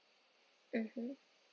mmhmm